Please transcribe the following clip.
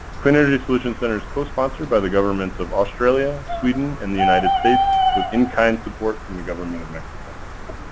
clean energy solutions center is cosponsored by the governments of australia, sweden, and the united states, with in-kind support from the government of mexico.